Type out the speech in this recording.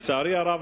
לצערי הרב,